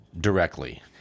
directly